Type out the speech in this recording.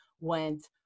went